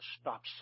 stop